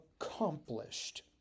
accomplished